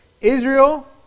Israel